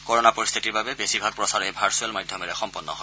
corona পৰিস্থিতিৰ বাবে বেছিভাগ প্ৰচাৰেই ভাৰ্ছুৱেল মাধ্যমেৰে সম্পন্ন হয়